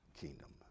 kingdom